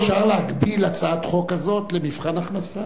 אפשר להגביל הצעת חוק כזאת למבחן הכנסה.